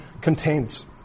contains